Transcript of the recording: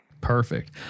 Perfect